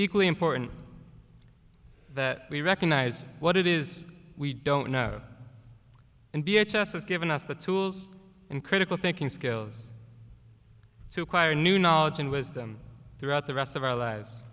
equally important that we recognize what it is we don't know and b h s has given us the tools and critical thinking skills to acquire new knowledge and wisdom throughout the rest of our lives